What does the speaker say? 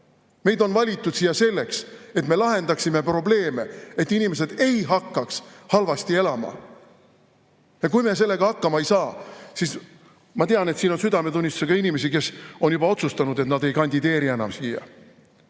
Meid on valitud siia selleks, et me lahendaksime probleeme, et inimesed ei hakkaks halvasti elama. Kui me sellega hakkama ei saa, siis ma tean, et siin on südametunnistusega inimesi, kes on juba otsustanud, et nad ei kandideeri enam siia.